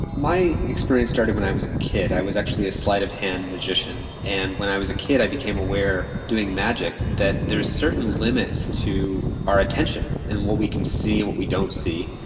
my experience started when i was a kid. i was actually a slight of hand magician, and when i was a kid i became aware doing magic that there are certain limits to our attention and what we can see and what we don't see.